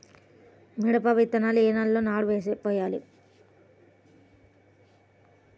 మిరప విత్తనాలు ఏ నెలలో నారు పోయాలి?